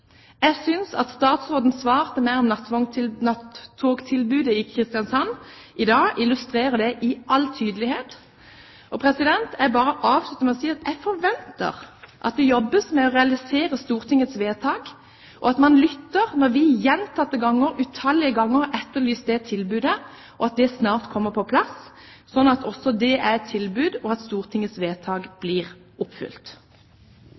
Jeg synes at statsrådens svar til meg i dag om nattvogntilbudet til Kristiansand illustrerer det med all tydelighet. Jeg avslutter med å si at jeg forventer at det jobbes med å realisere Stortingets vedtak, at man lytter når vi gjentatte ganger, utallige ganger, etterlyser det tilbudet, at det snart kommer på plass, slik at Stortingets vedtak blir fulgt opp. Jeg skjønner at